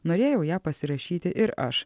norėjau ją pasirašyti ir aš